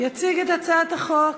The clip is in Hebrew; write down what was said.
יציג את הצעת החוק,